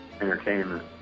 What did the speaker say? entertainment